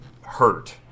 hurt